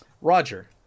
Roger